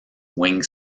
wing